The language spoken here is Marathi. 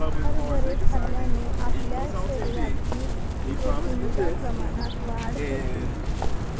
हरभरे खाल्ल्याने आपल्या शरीरातील प्रोटीन च्या प्रमाणात वाढ होते